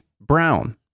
Brown